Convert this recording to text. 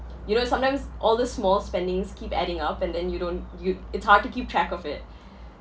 you know sometimes all the small spendings keep adding up and then you don't you it's hard to keep track of it